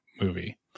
movie